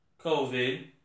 COVID